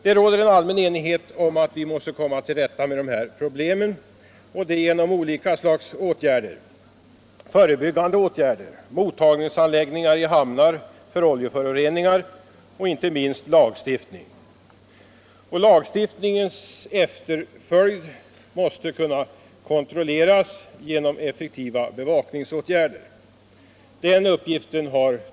Det råder allmän enighet om att vi måste komma till rätta med dessa problem genom olika slags åtgärder — förebyggande åtgärder, mottagningsanläggningar i hamnar för oljeföroreningar och inte minst lagstiftning. Lagstiftningens efterföljd måste kunna kontrolleras genom effektiva bevakningsåtgärder.